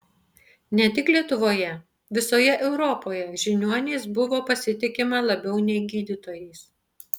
ne tik lietuvoje visoje europoje žiniuoniais buvo pasitikima labiau nei gydytojais